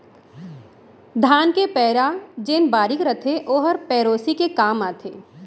धान के पैरा जेन बारीक रथे ओहर पेरौसी के काम आथे